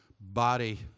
body